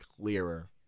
clearer